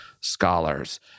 scholars